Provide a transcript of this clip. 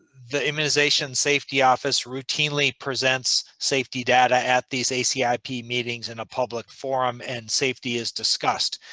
the immunization safety officer routinely presents safety data at these acipmeetings in public forums and safety is discussed.